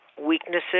weaknesses